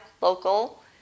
local